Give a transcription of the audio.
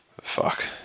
Fuck